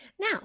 Now